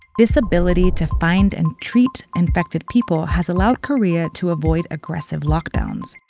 this ability to find and treat infected people has allowed korea to avoid aggressive lockdowns.